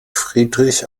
friedrich